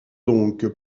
donc